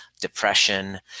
depression